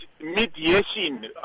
mediation